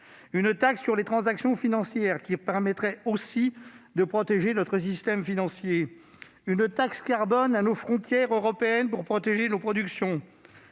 une taxe sur les transactions financières, qui permettrait aussi de protéger notre système financier ? Ou une taxe carbone à nos frontières communes pour protéger nos productions